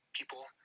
people